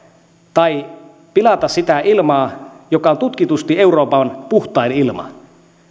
tai pilata sitä ilmaa joka on tutkitusti euroopan puhtain ilma